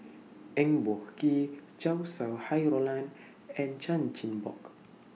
Eng Boh Kee Chow Sau Hai Roland and Chan Chin Bock